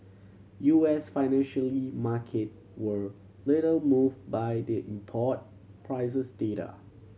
U S financially market were little moved by the import prices data